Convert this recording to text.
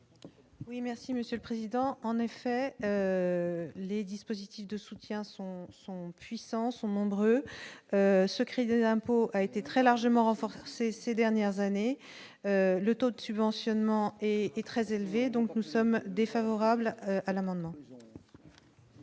Oui, merci Monsieur le Président, en effet, les dispositifs de soutien sont sont puissants sont nombreuses secret des impôts a été très largement renforcé ces dernières années, le taux de subventionnement et est très élevé, donc nous sommes défavorable à l'amendement.